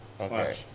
Okay